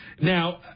Now